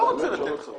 לא רוצה לתת לך.